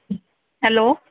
hello